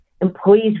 employees